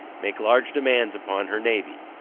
make large demands upon her navy.